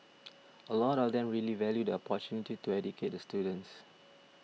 a lot of them really value the opportunity to educate the students